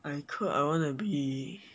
I could I want to be